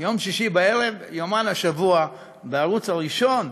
יום שישי בערב ביומן השבוע בערוץ הראשון.